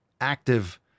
active